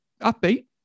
upbeat